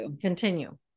continue